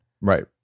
Right